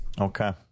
Okay